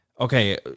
Okay